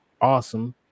awesome